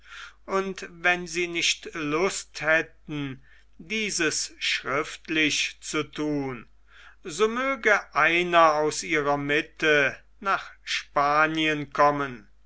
und wenn sie nicht lust hätten dieses schriftlich zu thun so möge einer aus ihrer mitte nach spanien kommen